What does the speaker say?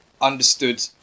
Understood